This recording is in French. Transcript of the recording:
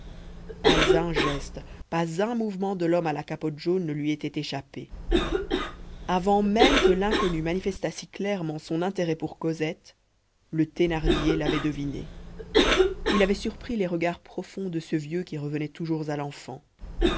pas un geste pas un mouvement de l'homme à la capote jaune ne lui était échappé avant même que l'inconnu manifestât si clairement son intérêt pour cosette le thénardier l'avait deviné il avait surpris les regards profonds de ce vieux qui revenaient toujours à l'enfant